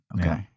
Okay